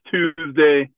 Tuesday